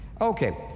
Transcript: Okay